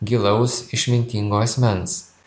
gilaus išmintingo asmens